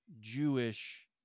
Jewish